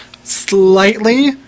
Slightly